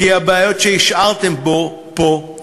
כי הבעיות שהשארתם פה,